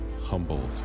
humbled